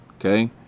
Okay